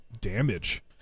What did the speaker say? damage